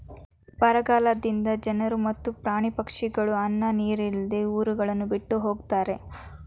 ಬರಗಾಲದಿಂದ ಜನರು ಮತ್ತು ಪ್ರಾಣಿ ಪಕ್ಷಿಗಳು ಅನ್ನ ನೀರಿಲ್ಲದೆ ಊರುಗಳನ್ನು ಬಿಟ್ಟು ಹೊಗತ್ತರೆ